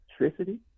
electricity